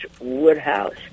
Woodhouse